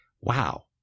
Wow